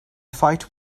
fight